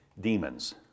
demons